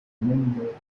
remembered